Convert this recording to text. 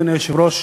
אדוני היושב-ראש,